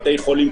בתי חולים,